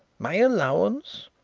my allowance,